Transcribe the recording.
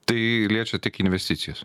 tai liečia tik investicijas